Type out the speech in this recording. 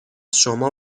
شما